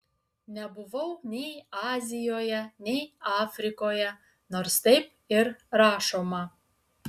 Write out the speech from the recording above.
nebuvau nei azijoje nei afrikoje nors taip ir rašoma